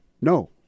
No